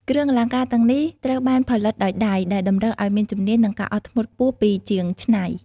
គ្រឿងអលង្ការទាំងនេះត្រូវបានផលិតដោយដៃ ដែលតម្រូវឱ្យមានជំនាញ និងការអត់ធ្មត់ខ្ពស់ពីជាងច្នៃ។